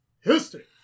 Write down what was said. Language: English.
history